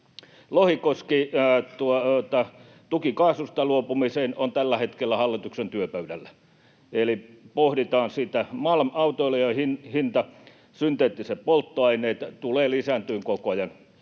Lohikoski, tuki kaasusta luopumiseen on tällä hetkellä hallituksen työpöydällä, eli sitä pohditaan. Malm: autoilijahinta ja synteettiset polttoaineet. Ne tulevat lisääntymään koko ajan.